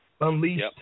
Unleashed